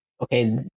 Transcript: Okay